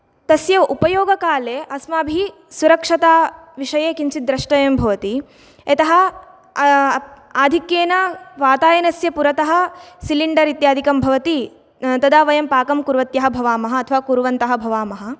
तस्य उपयोगकाले अस्माभिः सुरक्षता विषये किञ्चिद् द्रष्टव्यं भवति यतः आधिक्येन वातायनस्य पुरतः सिलिण्डर् इत्यादिकं भवति तदा वयं पाकं कुर्वत्य भवामः अथवा कुर्वन्तः भवामः